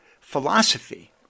philosophy